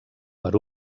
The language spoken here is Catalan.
per